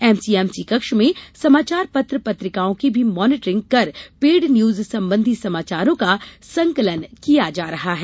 MCMC कक्ष में समाचार पत्र पत्रिकाओं की भी मानीटरिंग कर पेड न्यूज संबंधी समाचारों का संकलन किया जा रहा है